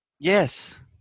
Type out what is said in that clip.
yes